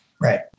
Right